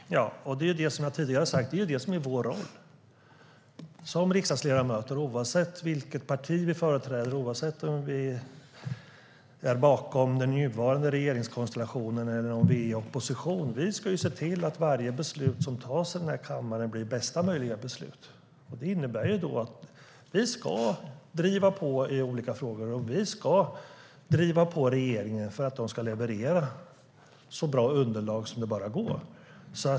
Strategisk export-kontroll 2015 - krigsmateriel och produkter med dubbla användningsområden Herr talman! Det är vad jag tidigare har sagt. Det är vår roll som riksdagsledamöter oavsett vilket parti vi företräder och oavsett om vi står bakom den nuvarande regeringskonstellationen eller om vi är i opposition. Vi ska se till att varje beslut som fattas i kammaren blir bästa möjliga beslut. Det innebär att vi ska driva på i olika frågor och driva på regeringen för att den ska leverera så bra underlag som det bara går.